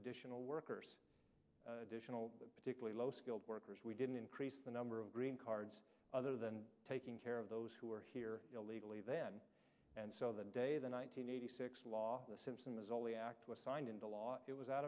additional workers additional particularly low skilled workers we didn't increase the number of green cards other than taking care of those who are here illegally then and so the day the nine hundred eighty six law simpson was only act was signed into law it was out